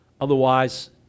Otherwise